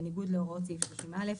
בניגוד להוראות סעיף 30(א).